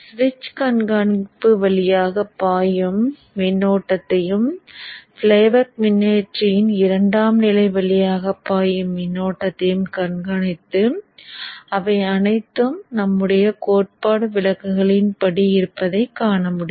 சுவிட்ச் கண்காணிப்பு வழியாக பாயும் மின்னோட்டத்தையும் ஃப்ளைபேக் மின்மாற்றியின் இரண்டாம் நிலை வழியாக பாயும் மின்னோட்டத்தையும் கண்காணித்து அவை அனைத்தும் நம்முடைய கோட்பாட்டு விலக்குகளின்படி இருப்பதைக் காண முடியும்